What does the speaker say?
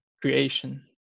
creation